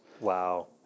Wow